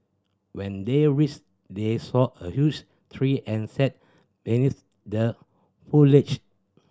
when they reached they saw a huge tree and sat beneath the foliage